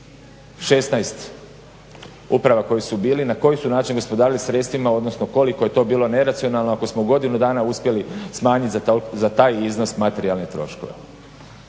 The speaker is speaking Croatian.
16 uprava koji su bili, na koji su način gospodarili sredstvima, odnosno koliko je to bilo neracionalno ako smo u godinu dana uspjeli smanjit za taj iznos materijalne troškove,